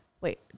Wait